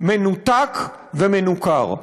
מנותק ומנוכר.